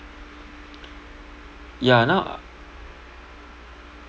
yeah now uh